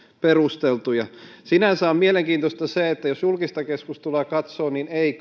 perusteltuja sinänsä on mielenkiintoista se että jos julkista keskustelua katsoo niin ei